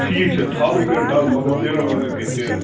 ٹھیٖک چھِ ژھاوٕلۍ گٔے ڈَن مگر تیٖرَن وٲلِو کیٚنٛہہ تیٖرَن